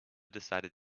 decided